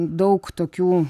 daug tokių